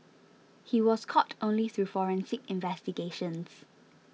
he was caught only through forensic investigations